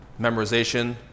memorization